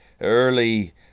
early